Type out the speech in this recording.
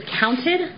counted